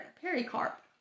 pericarp